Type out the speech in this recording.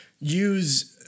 use